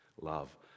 love